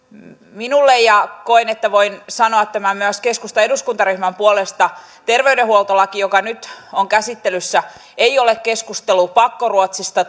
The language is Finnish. minulle ja koen että voin sanoa tämän myös keskustan eduskuntaryhmän puolesta terveydenhuoltolaki joka nyt on käsittelyssä ei ole keskustelua pakkoruotsista